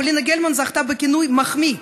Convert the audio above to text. פולינה גלמן זכתה בכינוי "מחמיא",